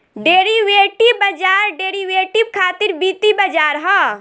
derivative बाजार derivative खातिर वित्तीय बाजार ह